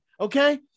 okay